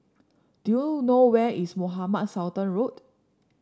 do you know where is Mohamed Sultan Road